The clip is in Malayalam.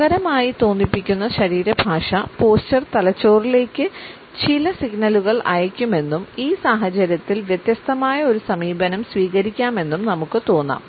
സുഖകരമായി തോന്നിപ്പിക്കുന്ന ശരീരഭാഷ പോസ്ചർ തലച്ചോറിലേക്ക് ചില സിഗ്നലുകൾ അയയ്ക്കുമെന്നും ഈ സാഹചര്യത്തിൽ വ്യത്യസ്തമായ ഒരു സമീപനം സ്വീകരിക്കാമെന്നും നമുക്ക് തോന്നാം